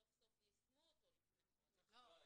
סוף סוף יישמו אותו לפני חודש.